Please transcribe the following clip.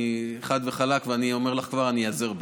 אני אומר לך כבר, חד וחלק: אני איעזר בך.